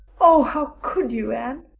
oh how could you, anne?